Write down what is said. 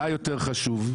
מה יותר חשוב,